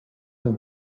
have